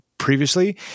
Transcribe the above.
previously